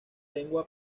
lengua